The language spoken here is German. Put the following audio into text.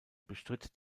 bestritt